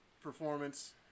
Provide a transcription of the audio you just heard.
performance